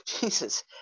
Jesus